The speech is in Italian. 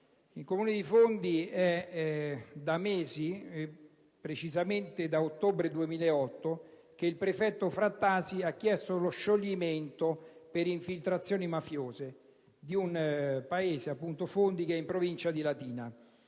il Comune di Fondi. Da mesi, precisamente dall'ottobre 2008, il prefetto Frattasi ha chiesto lo scioglimento per infiltrazioni mafiose di questo Comune della Provincia di Latina.